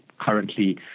currently